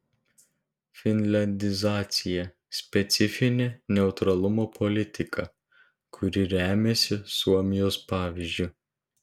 finliandizacija specifinė neutralumo politika kuri remiasi suomijos pavyzdžiu